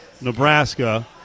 Nebraska